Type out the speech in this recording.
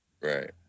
Right